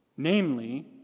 Namely